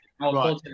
right